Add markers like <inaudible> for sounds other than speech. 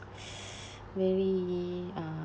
<breath> very uh